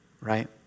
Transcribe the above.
right